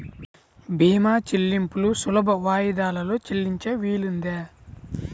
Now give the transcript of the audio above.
భీమా చెల్లింపులు సులభ వాయిదాలలో చెల్లించే వీలుందా?